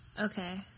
Okay